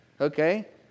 okay